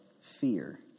fear